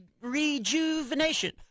rejuvenation